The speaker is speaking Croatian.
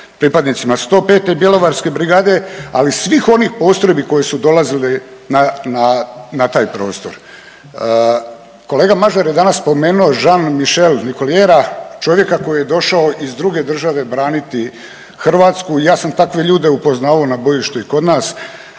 pripadnicima 105. bjelovarske brigade, ali i svih onih postrojbi koje su dolazile na taj prostor. Kolega Mažar je danas spomenuo Jean-Michel Nicoliera čovjeka koji je došao iz druge države braniti Hrvatsku. I ja sam takve upoznavao na bojištu i kod nas,